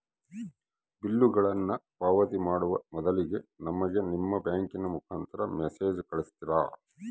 ಬಿಲ್ಲುಗಳನ್ನ ಪಾವತಿ ಮಾಡುವ ಮೊದಲಿಗೆ ನಮಗೆ ನಿಮ್ಮ ಬ್ಯಾಂಕಿನ ಮುಖಾಂತರ ಮೆಸೇಜ್ ಕಳಿಸ್ತಿರಾ?